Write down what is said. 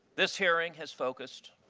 this hearing has focused